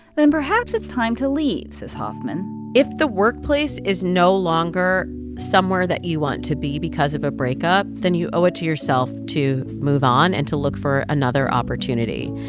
then perhaps it's time to leave, says hoffman if the workplace is no longer somewhere that you want to be because of a breakup, then you owe it to yourself to move on and to look for another opportunity.